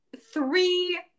Three